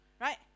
right